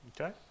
Okay